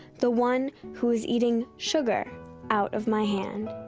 the one who is eating sugar out of my hand,